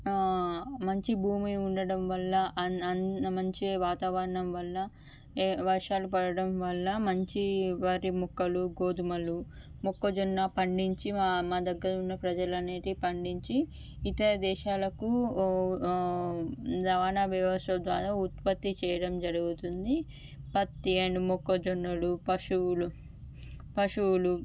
మంచి భూమి ఉండడం వల్ల అన్ అన్ మంచి వాతావరణం వల్ల ఏ వర్షాలు పడడం వల్ల మంచి వరి మొక్కలు గోధుమలు మొక్కజొన్న పండించి మా మా దగ్గర ఉన్న ప్రజల నీటి పండించి ఇతర దేశాలకు ఉ రవాణ వ్యవస్థ ద్వారా ఉత్పత్తి చేయడం జరుగుతుంది పత్తి అండ్ మొక్కజొన్నలు పశువులు పశువులు